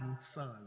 Son